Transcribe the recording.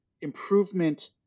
improvement